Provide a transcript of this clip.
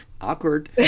awkward